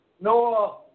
Noah